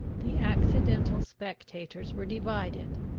the accidental spectators were divided,